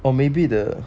or maybe the